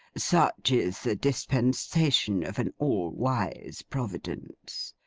such is the dispensation of an all-wise providence!